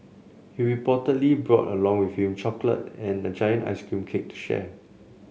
he reportedly brought along with him chocolate and a giant ice cream cake to share